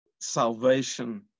salvation